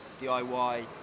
DIY